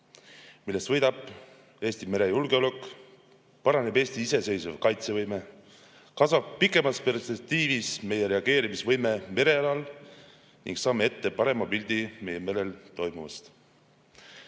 millest võidab Eesti merejulgeolek, paraneb Eesti iseseisev kaitsevõime, kasvab pikemas perspektiivis meie reageerimisvõime merealal ning me saame ette parema pildi meie merel toimuvast. Laevastike